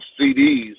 CDs